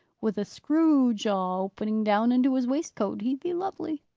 with a screw-jaw opening down into his waistcoat, he'd be lovely.